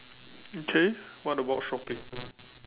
okay what about shopping